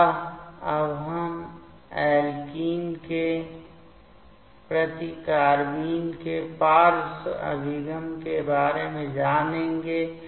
अत अब हम ऐल्कीन के प्रति कार्बाइन के पार्श्व अभिगम के बारे में जानेंगे